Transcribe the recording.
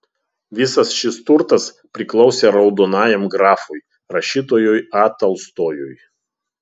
visas šis turtas priklausė raudonajam grafui rašytojui a tolstojui